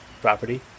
property